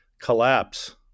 collapse